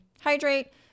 hydrate